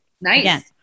Nice